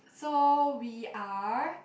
so we are